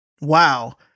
Wow